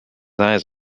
eyes